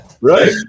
right